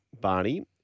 Barney